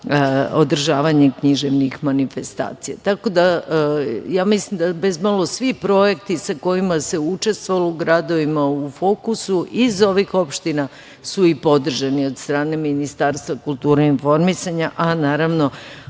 održavanje književnih manifestacija. Mislim da bezmalo svi projekti sa kojima se učestvovalo u gradovima u fokusu iz ovih opština su i podržani od strane Ministarstva kulture i informisanja. Naravno,